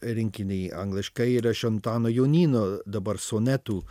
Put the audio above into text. rinkinį angliškai ir aš antano jonyno dabar sonetų